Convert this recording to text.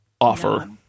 offer